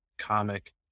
comic